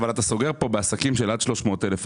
אבל אתה סוגר פה בעסקים של עד 300,000 שקל,